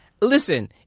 listen